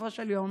בסופו של יום: